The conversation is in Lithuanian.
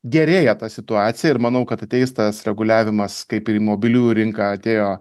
gerėja ta situacija ir manau kad ateis tas reguliavimas kaip ir į mobiliųjų rinką atėjo